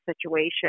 situation